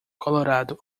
colorado